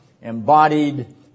embodied